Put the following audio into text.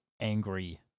angry